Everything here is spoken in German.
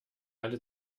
alle